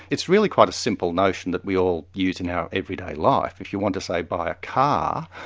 it's really quite a simple notion that we all use in our everyday life. if you want to, say, buy a car,